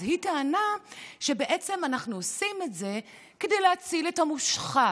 אז היא טענה שבעצם אנחנו עושים את זה כדי להציל את המושחת,